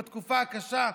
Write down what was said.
בתקופה הקשה,